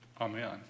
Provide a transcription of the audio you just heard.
Amen